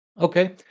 Okay